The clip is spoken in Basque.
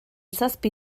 zazpi